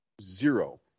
zero